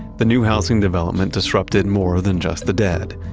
the new housing development disrupted more than just the dead.